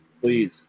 please